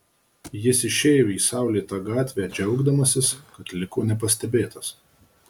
jis išėjo į saulėtą gatvę džiaugdamasis kad liko nepastebėtas